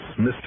Mr